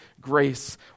grace